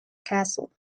castle